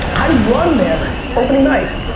i've run there opening night.